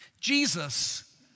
Jesus